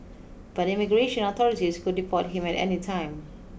but immigration authorities could deport him at any time